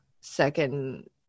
second